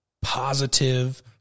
positive